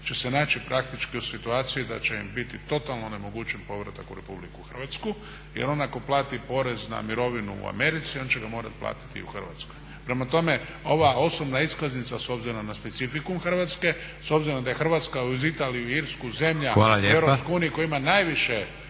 će se naći praktički u situaciji da će im biti totalno onemogućen povratak u Republiku Hrvatskoj jer on ako plati porez na mirovinu u Americi on će ga morat platit i u Hrvatskoj. Prema tome, ova osobna iskaznica s obzirom na specifikum Hrvatske, s obzirom da je Hrvatska uz Italiju i Irsku zemlja u Europskoj uniji koja ima najveću